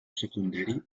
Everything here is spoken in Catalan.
secundari